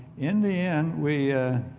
in the end, we